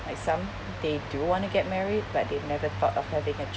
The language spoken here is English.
like some they do want to get married but they've never thought of having a child